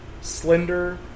slender